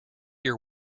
your